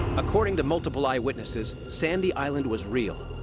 according to multiple eyewitnesses sandy island was real.